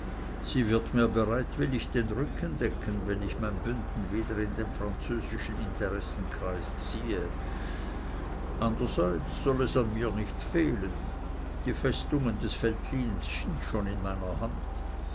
sie wird mir bereitwillig den rücken decken wenn ich mein bünden wieder in den französischen interessenkreis ziehe anderseits soll es an mir nicht fehlen die festungen des veltlins sind schon in meiner hand